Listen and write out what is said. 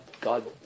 God